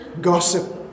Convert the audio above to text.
gossip